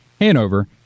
Hanover